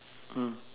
mm